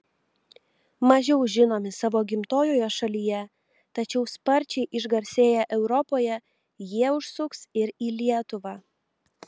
mažiau žinomi savo gimtojoje šalyje tačiau sparčiai išgarsėję europoje jie užsuks ir į lietuvą